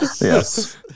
Yes